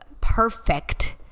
perfect